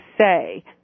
say –